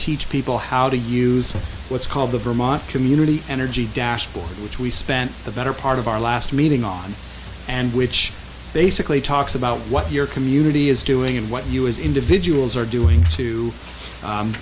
teach people how to use what's called the vermont community energy dashboard which we spent the better part of our last meeting on and which basically talks about what your community is doing and what you as individuals are doing to